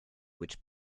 which